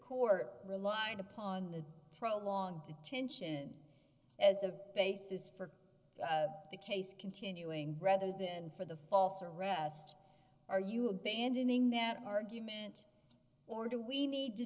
court relied upon the problem on detention as a basis for the case continuing rather than for the false arrest are you abandoning their argument or do we need to